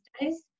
days